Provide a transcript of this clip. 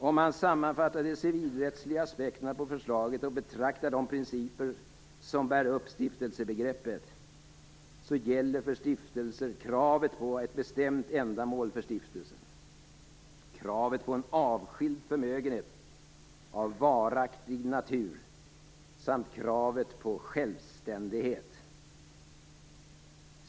Om man sammanfattar de civilrättsliga aspekterna på förslaget och betraktar de principer som bär upp stiftelsebegreppet, gäller för stiftelser kravet på ett bestämt ändamål för stiftelsen, kravet på en avskild förmögenhet av varaktig natur samt kravet på självständighet.